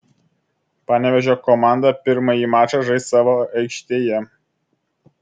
panevėžio komanda pirmąjį mačą žais savo aikštėje